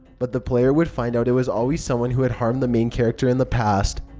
but the player would find out it was always someone who had harmed the main character in the past.